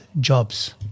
Jobs